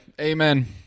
Amen